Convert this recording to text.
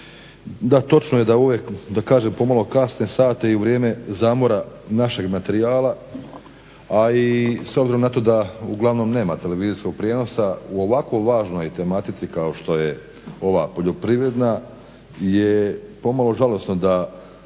da točno je da u ove da kažem pomalo kasne sate i u vrijeme zamora našeg materijala, a i s obzirom na to da uglavnom nema TV prijenosa o ovako važnoj tematici kao što je ova poljoprivredna je pomalo žalosno da